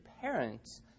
parents